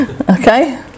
Okay